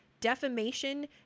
defamation